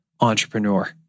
entrepreneur